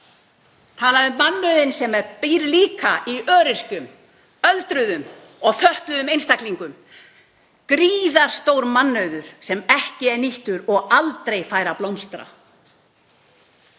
tala um mannauðinn sem býr líka í öryrkjum, öldruðum og fötluðum einstaklingum, gríðarstór mannauður sem ekki er nýttur og aldrei fær að blómstra.